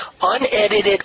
Unedited